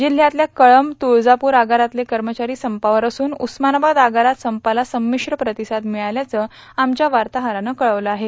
जिल्हयातल्या कळंब तुळजापूर आगारातले कर्मचारी संपावर असून उस्मानाबाद आगारात संपाला संमिश्र प्रतिसाद मिळाल्याचं आमच्या वार्ताहरानं कळवलं आहे